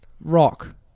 Rock